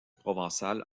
provençal